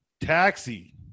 Taxi